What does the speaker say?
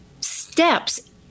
steps